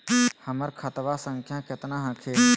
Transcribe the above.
हमर खतवा संख्या केतना हखिन?